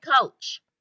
coach